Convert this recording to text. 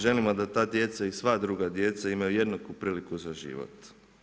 Želimo da ta djeca i sva druga djeca imaju jednaku priliku za život.